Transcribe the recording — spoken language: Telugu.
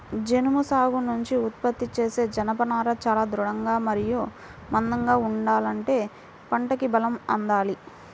జనుము సాగు నుంచి ఉత్పత్తి చేసే జనపనార చాలా దృఢంగా మరియు మందంగా ఉండాలంటే పంటకి బలం అందాలి